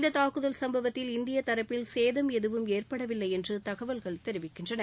இந்த தாக்குதல் சும்பவத்தில் இந்திய தரப்பில் சேதம் எதுவும் ஏற்படவில்லை என்று தகவல்கள் தெரிவிக்கின்றன